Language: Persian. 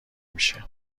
میشه